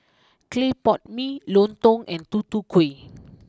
Clay Pot Mee Lontong and Tutu Kueh